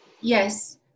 yes